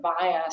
bias